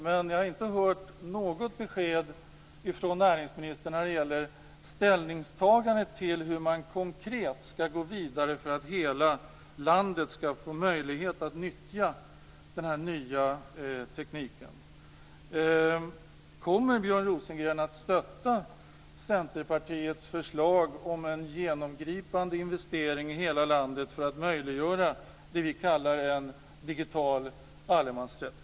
Men jag har inte hört något besked från näringsministern när det gäller ställningstagandet till hur man konkret skall gå vidare för att hela landet skall få möjlighet att nyttja denna nya teknik. Kommer Björn Rosengren att stötta Centerpartiets förslag om en genomgripande investering i hela landet för att möjliggöra det som vi kallar en digital allemansrätt?